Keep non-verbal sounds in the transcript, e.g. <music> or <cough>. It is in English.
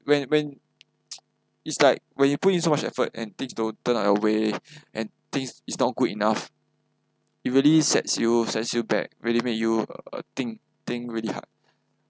when when <noise> it's like when you put in so much effort and things don't turn out your way <breath> and things is not good enough it really sets you sets you back really make you uh think think really hard